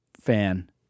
fan